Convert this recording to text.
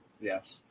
Yes